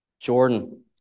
Jordan